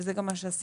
וזה גם מה שעשינו,